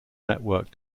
network